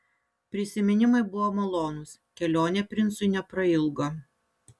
prisiminimai buvo malonūs kelionė princui neprailgo